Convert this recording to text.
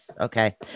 Okay